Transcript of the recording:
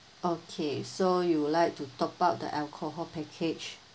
okay so you would like to top up the alcohol package